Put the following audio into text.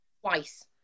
twice